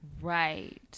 right